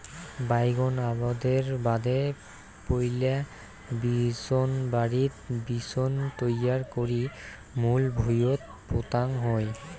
বাইগোন আবাদের বাদে পৈলা বিচোনবাড়িত বিচোন তৈয়ার করি মূল ভুঁইয়ত পোতাং হই